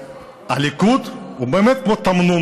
הליכוד הוא באמת כמו תמנון,